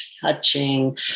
touching